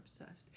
obsessed